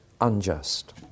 unjust